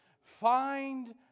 Find